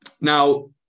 Now